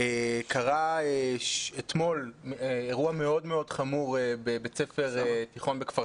קרה אתמול אירוע מאוד מאוד חמור בבית ספר תיכון בכפר